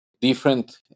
different